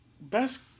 Best